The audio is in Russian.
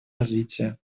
развитие